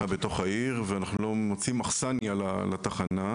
בתוך העיר ואנחנו לא מוצאים אכסניה לתחנה.